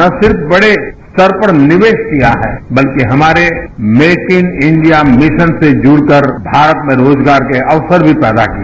न सिर्फ बड़े स्तर पर निवेश किया है बल्कि हमारे मेक इन इंडिया मिशन से जुड़कर भारत में रोजगार के अवसर भी पैदा किए